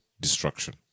destruction